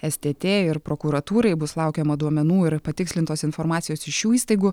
stt ir prokuratūrai bus laukiama duomenų ir patikslintos informacijos iš šių įstaigų